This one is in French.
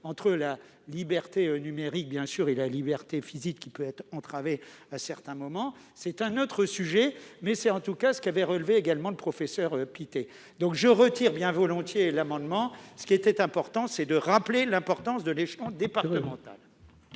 entre la liberté numérique et la liberté physique, qui peut être entravée à certains moments. C'est un autre sujet, qui avait été également relevé par le professeur Pittet. Je retire bien volontiers l'amendement. Ce qui était important, c'était de rappeler l'importance de l'échelon départemental.